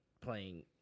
playing